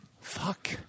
fuck